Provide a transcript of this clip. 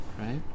right